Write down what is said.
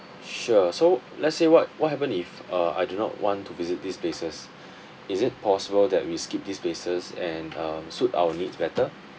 sure so let's say what what happen if uh I do not want to visit these places is it possible that we skip this places and um suit our needs better